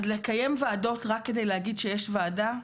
לקיים ועדות רק כדי להגיד שיש ועדה,